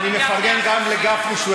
אני מפרגן גם לגפני,